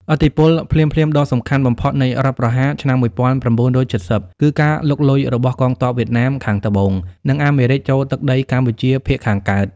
ឥទ្ធិពលភ្លាមៗដ៏សំខាន់បំផុតនៃរដ្ឋប្រហារឆ្នាំ ១៩៧០ គឺការលុកលុយរបស់កងទ័ពវៀតណាមខាងត្បូង និងអាមេរិកចូលទឹកដីកម្ពុជាភាគខាងកើត។